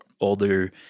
older